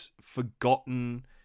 forgotten